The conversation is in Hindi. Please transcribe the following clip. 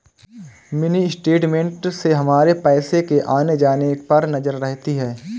मिनी स्टेटमेंट से हमारे पैसो के आने जाने पर नजर रहती है